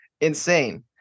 insane